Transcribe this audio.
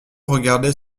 regardait